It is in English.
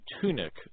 tunic